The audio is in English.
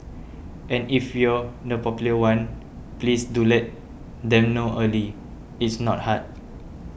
and if you're the popular one please do let them know early it's not hard